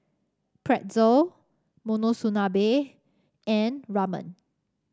Pretzel Monsunabe and Ramen